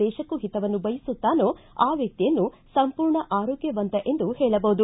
ದೇಶಕ್ಕೂ ಹಿತವನ್ನು ಬಯಸುತ್ತಾನೋ ಆ ವ್ಯಕ್ತಿಯನ್ನು ಸಂಪೂರ್ಣ ಆರೋಗ್ಭವಂತ ಎಂದೂ ಹೇಳಬಹುದು